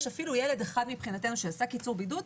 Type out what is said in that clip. אפילו ילד אחד מבחינתנו שעשה קיצור בידוד,